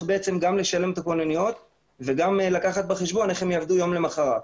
גם לשלם את הכוננויות וגם לקחת בחשבון איך הם יעבדו יום למוחרת.